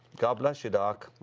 god bless you, doc.